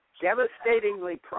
devastatingly